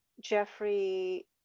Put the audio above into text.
Jeffrey